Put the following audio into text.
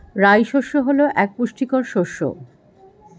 রাই শস্য হল এক পুষ্টিকর শস্য